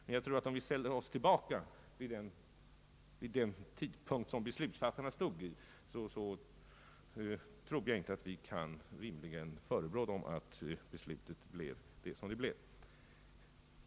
Men om vi försätter oss tillbaka i den situation där beslutsfattarna hade att bestämma sig, så tror jag att vi rimligen inte kan förebrå dem att beslutet blev som det blev.